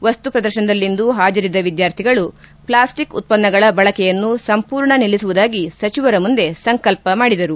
ವಸ್ತು ಪ್ರದರ್ಶನದಲ್ಲಿಂದು ಹಾಜರಿದ್ದ ವಿದ್ಯಾರ್ಥಿಗಳು ಪ್ಲಾಸ್ಟಿಕ್ ಉತ್ಪನ್ನಗಳ ಬಳಕೆಯನ್ನು ಸಂಪೂರ್ಣ ನಿಲ್ಲಿಸುವುದಾಗಿ ಸಚಿವರ ಮುಂದೆ ಸಂಕಲ್ಪ ಮಾಡಿದರು